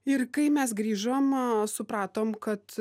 ir kai mes grįžom supratom kad